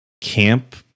camp